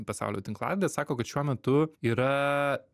pasaulio tinklalaides sako kad šiuo metu yra